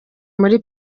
muri